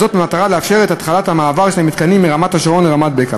זאת במטרה לאפשר את התחלת המעבר של המתקנים מרמת-השרון לרמת-בקע.